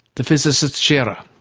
the physicist scherrer.